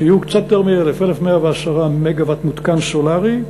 שיהיו קצת יותר מ-1,110-1,000 מגה-ואט מותקן סולרי,